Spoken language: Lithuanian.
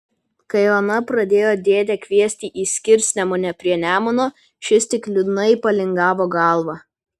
kai ona pradėjo dėdę kviesti į skirsnemunę prie nemuno šis tik liūdnai palingavo galvą